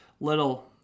little